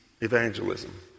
evangelism